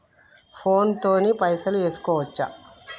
Phone తోని పైసలు వేసుకోవచ్చా?